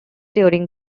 during